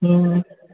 ம் ம்